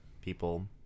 people